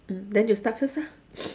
mm then you start first ah